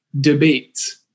debates